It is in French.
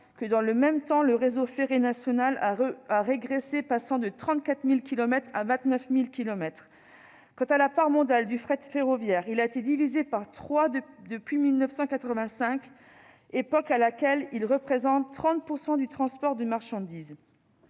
que, dans le même temps, le réseau ferré national a régressé, passant de 34 000 kilomètres à 29 000 kilomètres. La part modale du fret ferroviaire a été divisée par trois depuis 1985, époque à laquelle celui-ci représentait 30 % du transport de marchandises